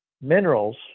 minerals